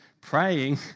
praying